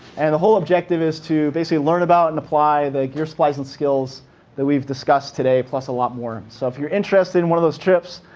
and the whole objective is to learn about and apply the gear, supplies, and skills that we've discussed today, plus a lot more. so if you're interested in one of those trips,